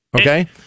Okay